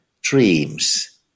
dreams